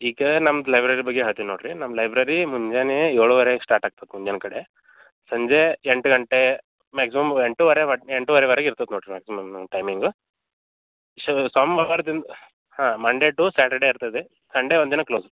ಟೀಕೆ ನಮ್ಮ ಲೈಬ್ರರಿ ಬಗ್ಗೆ ಹೇಳ್ತಿನಿ ನೋಡಿರಿ ನಮ್ಮ ಲೈಬ್ರೇರಿ ಮುಂಜಾನೆ ಏಳುವರೆಗೆ ಸ್ಟಾರ್ಟ್ ಆಗ್ತಾತೆ ಮುಂಜಾನೆ ಕಡೆ ಸಂಜೆ ಎಂಟು ಗಂಟೆ ಮ್ಯಾಗ್ಸಿಮಮ್ ಎಂಟೂವರೆ ಬ ಎಂಟೂವರೆವರೆಗೆ ಇರ್ತಾತೆ ನೋಡಿರಿ ಮ್ಯಾಗ್ಸಿಮಮ್ ನಮ್ಮ ಟೈಮಿಂಗ್ ಶ್ ಸೋಮವಾರದಿಂದ ಹಾಂ ಮಂಡೇ ಟು ಸ್ಯಾಟರ್ಡೇ ಇರ್ತದೆ ಸಂಡೇ ಒಂದು ದಿನ ಕ್ಲೋಸ್